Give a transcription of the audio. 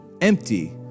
empty